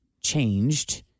changed